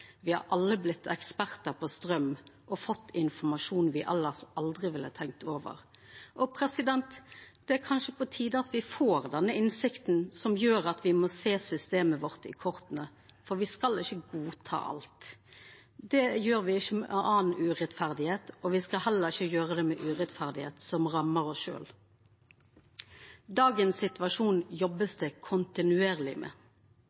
alle blitt ekspertar på straum og har fått informasjon me elles aldri ville ha tenkt over. Det er kanskje på tide at me får denne innsikta som gjer at me må sjå systemet vårt i korta, for me skal ikkje godta alt. Det gjer me ikkje med annan urett, og me skal heller ikkje gjera det med urett som rammar oss sjølve. Dagens situasjon blir det jobba kontinuerleg med